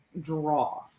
draw